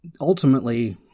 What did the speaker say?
ultimately